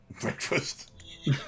breakfast